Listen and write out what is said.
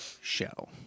show